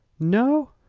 no?